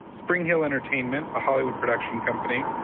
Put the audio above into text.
springhill entertainment, a hollywood production company,